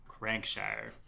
Crankshire